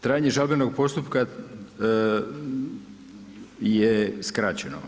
Trajanje žalbenog postupka je skraćeno.